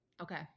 okay